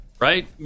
Right